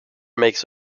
makes